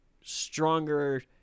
stronger